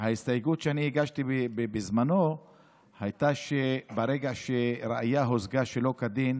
ההסתייגות שאני הגשתי בזמנו הייתה שברגע שראיה הושגה שלא כדין,